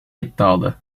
iddialı